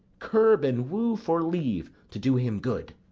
curb and woo for leave to do him good.